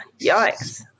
yikes